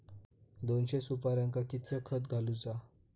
दोनशे सुपार्यांका कितक्या खत घालूचा?